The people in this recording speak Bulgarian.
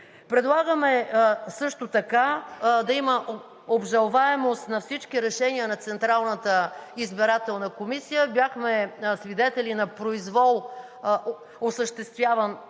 Предлагаме да има обжалваемост на всички решения на Централната избирателна комисия. Бяхме свидетели на произвол, осъществяван